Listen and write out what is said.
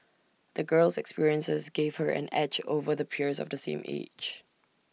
the girl's experiences gave her an edge over the peers of the same age